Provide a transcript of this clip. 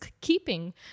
keeping